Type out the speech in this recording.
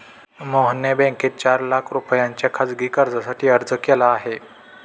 मोहनने बँकेत चार लाख रुपयांच्या खासगी कर्जासाठी अर्ज केला आहे